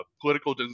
political